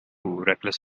reckless